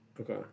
Okay